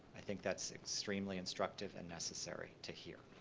i think that's extremely instructive and necessary to hear.